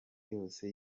yose